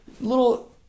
little